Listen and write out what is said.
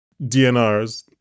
DNRs